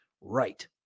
right